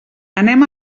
anem